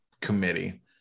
committee